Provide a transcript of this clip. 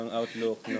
outlook